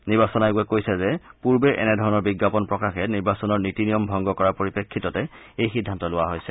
নিৰ্বাচন আয়োগে কৈছে যে পূৰ্বে এনেধৰণৰ বিজ্ঞাপন প্ৰকাশে নিৰ্বাচনৰ নীতি নিয়ম ভংগ কৰাৰ পৰিপ্ৰেক্ষিততে এই সিদ্ধান্ত লোৱা হৈছে